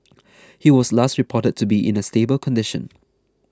he was last reported to be in a stable condition